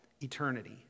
eternity